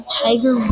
tiger